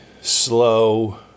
slow